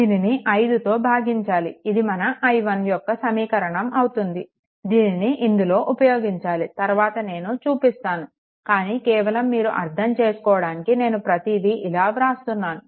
దీనిని 5 తో భాగించాలి ఇది మన i1 యొక్క సమీకరణం అవుతుంది దీనిని ఇందులో ఉపయోగించాలి తరువాత నేను చూపిస్తాను కానీ కేవలం మీరు అర్థం చేసుకోవడానికి నేను ప్రతిదీ ఇలా వ్రాస్తున్నాను